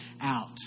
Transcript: out